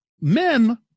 men